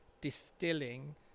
distilling